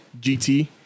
GT